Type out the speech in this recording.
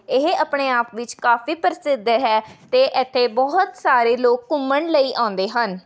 ਇਹ ਆਪਣੇ ਆਪ ਵਿੱਚ ਕਾਫੀ ਪ੍ਰਸਿੱਧ ਹੈ ਅਤੇ ਇੱਥੇ ਬਹੁਤ ਸਾਰੇ ਲੋਕ ਘੁੰਮਣ ਲਈ ਆਉਂਦੇ ਹਨ